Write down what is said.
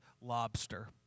Lobster